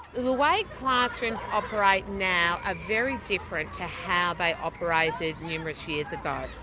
the way classrooms operate now are very different to how they operated numerous years ago.